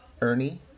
Ernie